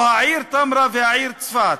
או העיר תמרה והעיר צפת.